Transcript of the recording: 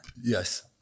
Yes